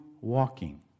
walking